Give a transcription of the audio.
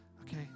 Okay